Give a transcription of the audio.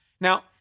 Now